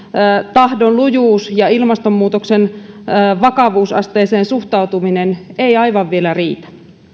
tahdonlujuus ja ilmastonmuutoksen vakavuusasteeseen suhtautuminen eivät aivan vielä riitä